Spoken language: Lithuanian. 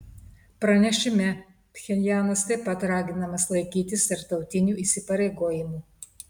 pranešime pchenjanas taip pat raginamas laikytis tarptautinių įsipareigojimų